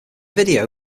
video